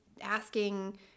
asking